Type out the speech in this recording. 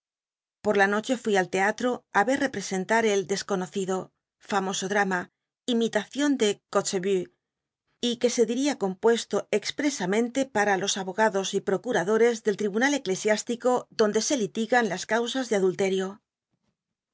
cz porla noche fui al leatto ver represenlnt el desconocido famoso drama imilacio l de coches y cjue se dil'in compuesto expresamente para los abogados y procuradores del tribunal eclesi istico donde se litigan las causas de adulterio